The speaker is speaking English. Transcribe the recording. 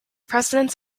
presidents